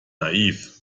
naiv